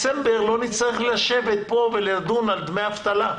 ואני מקווה שבדצמבר לא נצטרך לשבת פה ולדון על דמי אבטלה.